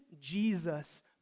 Jesus